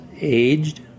aged